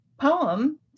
poem